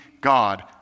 God